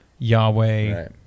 Yahweh